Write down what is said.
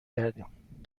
کردیم